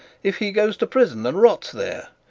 if he goes to prison and rots there.